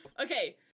okay